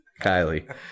Kylie